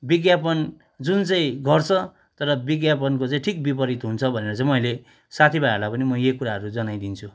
विज्ञापन जुन चाहिँ गर्छ तर विज्ञापनको चाहिँ ठिक विपरीत हुन्छ भनेर चाहिँ मैले साथी भाइहरूलाई पनि म यही कुराहरू जनाइदिन्छु